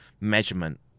measurement